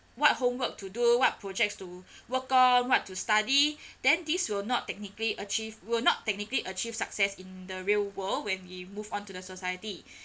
what homework to do what projects to work on what to study then this will not technically achieve will not technically achieve success in the real world when we move on to the society